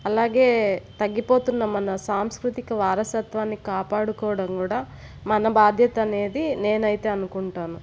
అలాగే తగ్గిపోతున్న మన సాంస్కృతిక వారసత్వాన్ని కాపాడుకోవడం కూడా మన బాధ్యతనేది నేనైతే అనుకుంటాను